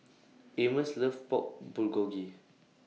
Amos loves Pork Bulgogi